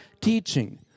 teaching